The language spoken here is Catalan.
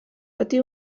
patí